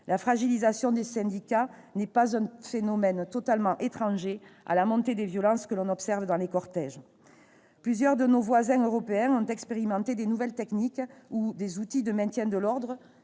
La fragilisation des syndicats n'est pas un phénomène totalement étranger à la montée des violences que l'on observe dans les cortèges. Plusieurs de nos voisins européens ont expérimenté de nouvelles techniques ou outils de maintien de l'ordre